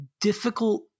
difficult